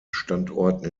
standorten